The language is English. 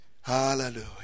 Hallelujah